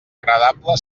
agradable